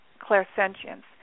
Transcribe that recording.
clairsentience